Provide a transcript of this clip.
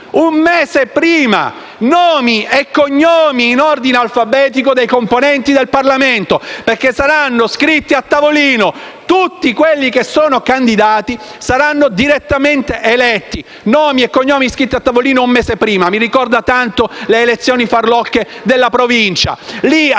un mese prima. Sapremo nomi e cognomi in ordine alfabetico dei componenti del Parlamento, perché saranno scritti a tavolino. Tutti quelli che sono stati candidati saranno direttamente eletti; nomi e cognomi scritti a tavolino un mese prima. Mi ricorda tanto le elezioni farlocche della Provincia: